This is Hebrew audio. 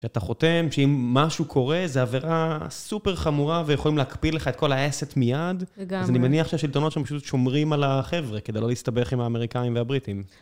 שאתה חותם שאם משהו קורה, זו עבירה סופר חמורה, ויכולים להקפיא לך את כל העסק מיד, אז אני מניח שהשלטונות שם פשוט שומרים על החבר'ה, כדי לא להסתבך עם האמריקאים והבריטים.